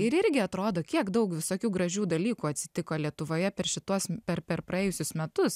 ir irgi atrodo kiek daug visokių gražių dalykų atsitiko lietuvoje per šituos per per praėjusius metus